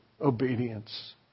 obedience